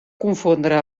confondre